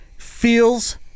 Feels